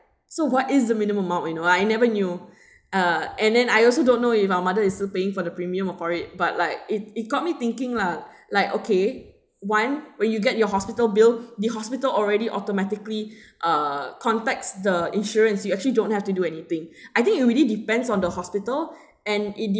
so what is the minimum amount you know I never knew uh and then I also don't know if our mother is still paying for the premium for it but like it it got me thinking lah like okay one when you get your hospital bill the hospital already automatically uh contacts the insurance you actually don't have to do anything I think it really depends on the hospital and it de~